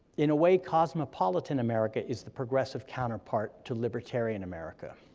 in a way, cosmopolitan america is the progressive counterpart to libertarian america.